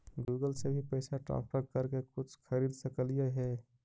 Google से भी पैसा ट्रांसफर कर के कुछ खरिद सकलिऐ हे?